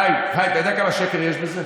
חיים, חיים, אתה יודע כמה שקר יש בזה?